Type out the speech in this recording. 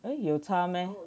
eh 有差 meh